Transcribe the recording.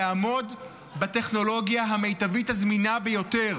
לעמוד בטכנולוגיה המיטבית הזמינה ביותר